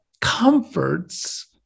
comforts